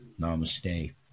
Namaste